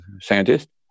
scientists